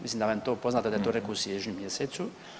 Mislim da vam je to poznato, da je to rekao u siječnju mjesecu.